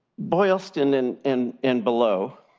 boylston and and and below,